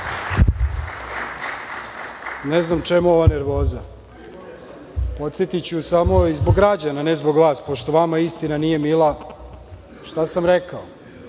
Ne znam čemu ova nervoza? Podsetiću samo i zbog građana, ne zbog vas, pošto vama istina nije mila, šta sam rekao. Dakle,